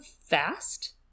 fast